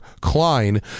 Klein